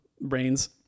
brains